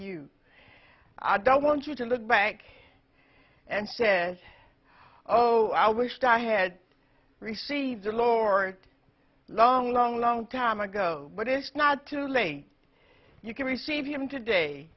you i don't want you to look back and says oh i wished i had received the lord long long long time ago but it's not too late you can receive him today